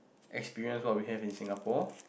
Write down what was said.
experience what we have in Singapore